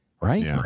Right